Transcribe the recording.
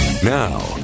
Now